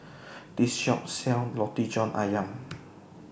This Shop sells Roti John Ayam